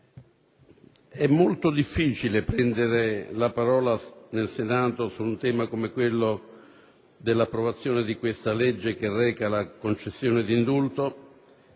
è molto difficile prendere la parola nel Senato su un tema come quello dell'approvazione di questo provvedimento che reca la concessione di indulto